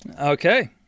Okay